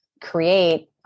create